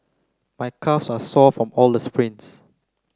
my calves are sore from all the sprints